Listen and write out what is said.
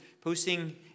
posting